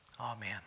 Amen